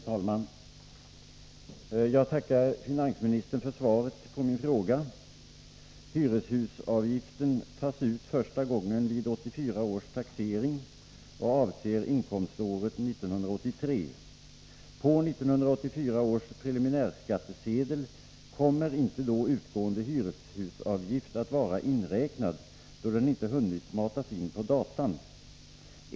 Herr talman! Jag tackar finansministern för svaret på min fråga. Hyreshusavgiften tas ut första gången vid 1984 års taxering och avser inkomståret 1983. På 1984 års preliminärskattesedel kommer inte då utgående hyreshusavgift att vara inräknad, eftersom den ej hunnit matas in på data.